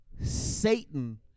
Satan